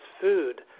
food